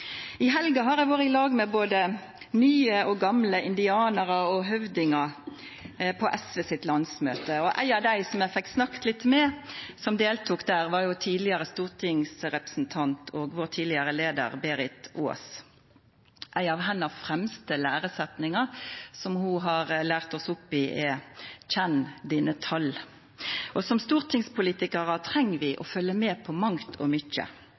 I helga har eg vore i lag med både nye og gamle indianarar og høvdingar på SV sitt landsmøte, og ei av dei som eg fekk snakka litt med, som deltok der, var tidlegare stortingsrepresentant og vår tidlegare leiar Berit Ås. Ei av hennar fremste læresetningar, som ho har lært oss opp i, er: Kjenn dine tal! Som stortingspolitikarar treng vi å følgja med på mangt og mykje,